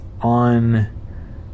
on